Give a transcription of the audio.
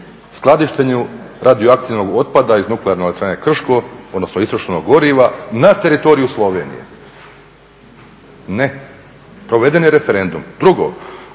skladištenju radioaktivnog otpada iz Nuklearne elektrane Krško, odnosno istrošenog goriva na teritoriju Slovenije, ne, proveden je referendum. Drugo,